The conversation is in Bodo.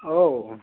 औ